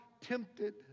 tempted